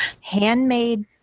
handmade